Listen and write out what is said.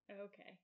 Okay